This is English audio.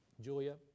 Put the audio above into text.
Julia